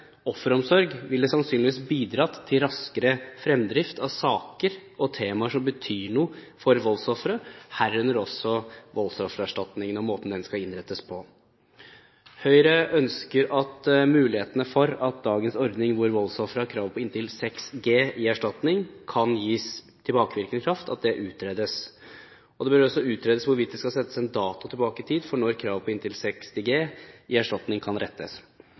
offeromsorg ville sannsynligvis bidratt til raskere fremdrift av saker og temaer som betyr noe for voldsofre – herunder også voldsoffererstatningen og måten den skal innrettes på. Høyre ønsker at mulighetene utredes for hvorvidt dagens ordning, hvor voldsofferet har krav på inntil 60 G i erstatning, kan gis tilbakevirkende kraft. Det bør også utredes hvorvidt det skal settes en dato tilbake i tid, for når kravet på inntil 60 G i erstatning kan